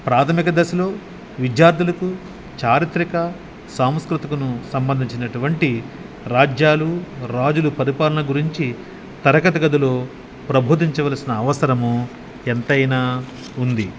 ప్రాథమిక దశలో విద్యార్థులుకు చారిత్రక సాంస్కృతికను సంబంధించినటువంటి రాజ్యాలు రాజులు పరిపాలన గురించి తరగతి గదిలో ప్రబోధించవలసిన అవసరము ఎంతైనా ఉంది